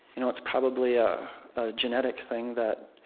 you know it's probably a genetic thing, that